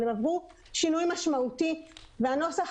אבל הן עברו שינוי משמעותי והנוסח